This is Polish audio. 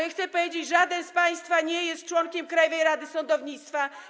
Ja chcę powiedzieć: żadne z państwa nie jest członkiem Krajowej Rady Sądownictwa.